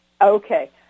Okay